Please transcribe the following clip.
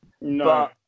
No